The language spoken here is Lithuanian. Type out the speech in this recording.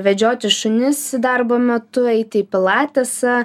vedžioti šunis darbo metu eiti į pilatesą